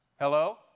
Hello